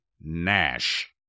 NASH